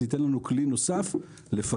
זה ייתן לנו כלי נוסף לפקח.